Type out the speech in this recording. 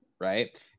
right